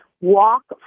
walk